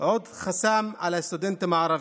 עוד חסם על הסטודנטים הערבים.